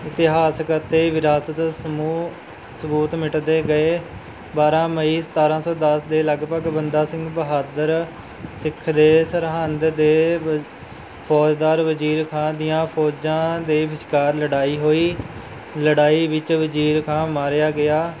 ਇਤਿਹਾਸਕ ਅਤੇ ਵਿਰਾਸਤ ਸਮੂਹ ਸਬੂਤ ਮਿਟਦੇ ਗਏ ਬਾਰ੍ਹਾਂ ਮਈ ਸਤਾਰਾਂ ਸੌ ਦਸ ਦੇ ਲਗਭਗ ਬੰਦਾ ਸਿੰਘ ਬਹਾਦਰ ਸਿੱਖ ਦੇ ਸਰਹੰਦ ਦੇ ਵਜ ਫੌਜਦਾਰ ਵਜ਼ੀਰ ਖਾਂ ਦੀਆਂ ਫੋਜਾਂ ਦੇ ਵਿਚਕਾਰ ਲੜਾਈ ਹੋਈ ਲੜਾਈ ਵਿੱਚ ਵਜ਼ੀਰ ਖਾਂ ਮਾਰਿਆ ਗਿਆ